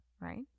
Right